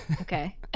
Okay